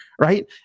right